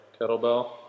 kettlebell